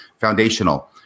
foundational